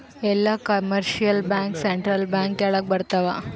ಎಲ್ಲ commercial bank central bank ಕೆಳಗ ಬರತಾವ